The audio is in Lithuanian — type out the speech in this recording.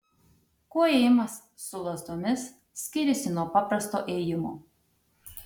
kuo ėjimas su lazdomis skiriasi nuo paprasto ėjimo